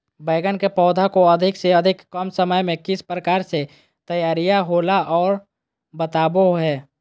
बैगन के पौधा को अधिक से अधिक कम समय में किस प्रकार से तैयारियां होला औ बताबो है?